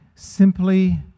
Simply